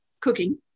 cooking